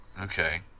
Okay